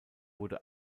wurde